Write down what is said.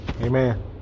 Amen